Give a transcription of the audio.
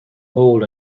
hole